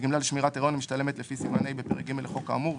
וגמלה לשמירת היריון המשתלמת לפי סימן ה' בפרק ג' לחוק האמור,